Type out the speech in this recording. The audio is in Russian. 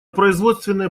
производственные